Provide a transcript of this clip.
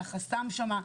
על החסם שם,